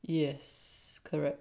yes correct